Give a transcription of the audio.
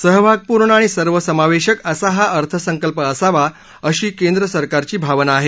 सहभागपूर्ण आणि सर्वसमावेशक असा हा अर्थसंकल्प असावा अशी केंद्र सरकारची भावना आहे